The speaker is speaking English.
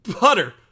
Butter